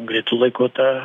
greitu laiku ta